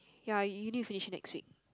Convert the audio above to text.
ya you you need to finish it next week